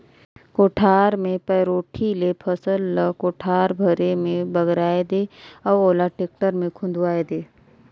कोठार मे पैरोठी ले फसल ल कोठार भरे मे बगराय दे अउ ओला टेक्टर मे खुंदवाये दे